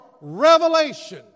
revelation